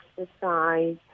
exercise